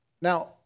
Now